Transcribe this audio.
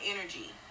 energy